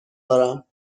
دارم